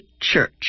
church